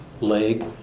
leg